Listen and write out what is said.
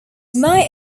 may